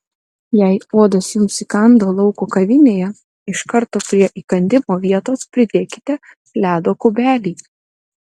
jei uodas jums įkando lauko kavinėje iš karto prie įkandimo vietos pridėkite ledo kubelį